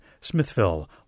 Smithville